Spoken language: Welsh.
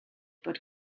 bod